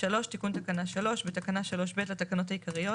תיקון תקנה 3 3.בתקנה 3(ב) לתקנות העיקריות,